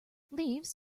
leaves